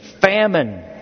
Famine